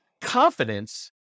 confidence